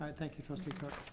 um thank you, trustee cook.